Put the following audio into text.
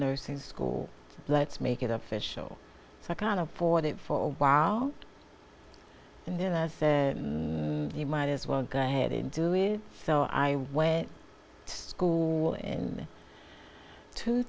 nursing school let's make it official i can't afford it for a while and then i said and you might as well go ahead and do it so i went to school in two